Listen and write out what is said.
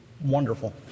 wonderful